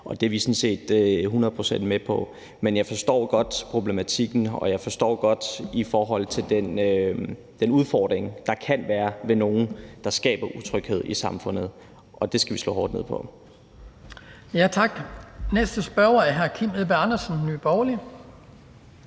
og det er vi sådan set hundrede procent med på. Men jeg forstår godt problematikken, og jeg forstår godt den udfordring, der kan være med nogle, der skaber utryghed i samfundet, og det skal vi slå hårdt ned på. Kl. 11:45 Den fg. formand (Hans Kristian Skibby): Tak. Næste spørger er hr. Kim Edberg Andersen, Nye Borgerlige.